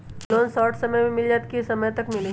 Loan short समय मे मिल जाएत कि लोन समय तक मिली?